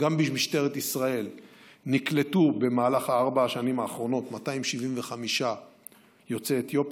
גם במשטרת ישראל נקלטו בארבע השנים האחרונות 275 יוצאי אתיופיה,